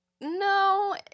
No